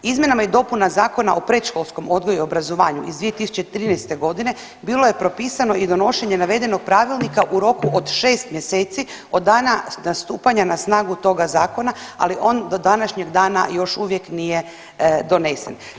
Izmjenama i dopunama Zakona o predškolskom odgoju i obrazovanju iz 2013. godine bilo je propisano i donošenje navedenog Pravilnika u roku od 6 mjeseci od dana stupanja na snagu toga zakona, ali on do današnjeg dana još uvijek nije donesen.